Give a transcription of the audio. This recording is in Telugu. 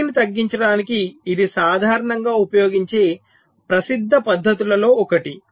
శక్తిని తగ్గించడానికి ఇది సాధారణంగా ఉపయోగించే ప్రసిద్ధ పద్ధతుల్లో ఒకటి